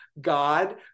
god